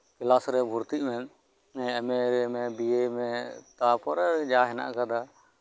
class ᱨᱮ ᱵᱷᱩᱨᱛᱤᱜ ᱢᱮ ᱮᱢ ᱮ ᱢᱮ ᱵᱤᱭᱮ ᱢᱮ ᱛᱟᱨᱯᱚᱨᱮ ᱡᱟ ᱦᱮᱱᱟᱜ ᱟᱠᱟᱫᱟ